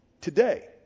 today